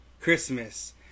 Christmas